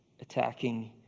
attacking